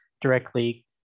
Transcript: directly